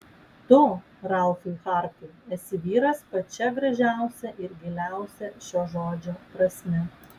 tu ralfai hartai esi vyras pačia gražiausia ir giliausia šio žodžio prasme